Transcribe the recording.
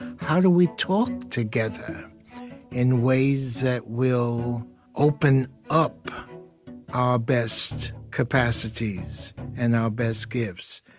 how do we talk together in ways that will open up our best capacities and our best gifts?